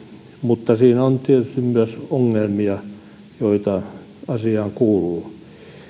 mutta siinä on tietysti myös ongelmia joita asiaan kuuluu